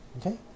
okay